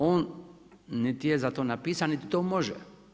On niti je za to napisan, niti to može.